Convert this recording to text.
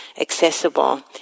accessible